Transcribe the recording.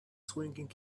swinging